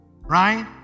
right